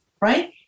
right